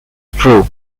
true